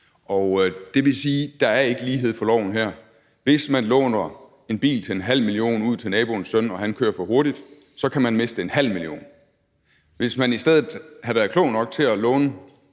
Det vil sige, at der ikke er lighed for loven her. Hvis man låner en bil til 500.000 kr. ud til naboens søn og han kører for hurtigt, kan man miste 500.000 kr. Hvis man i stedet havde været klog nok til at låne